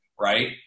Right